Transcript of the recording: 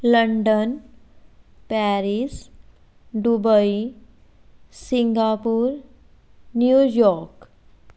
London Paris Dubai Singapore New York